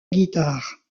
guitare